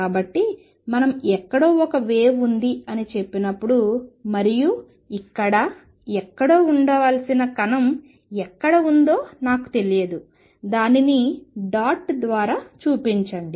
కాబట్టి మనం ఎక్కడో ఒక వేవ్ ఉంది అని చెప్పినప్పుడు మరియు ఇక్కడ ఎక్కడో ఉండాల్సిన కణం ఎక్కడ ఉందో నాకు తెలియదు దానిని డాట్ ద్వారా చూపించండి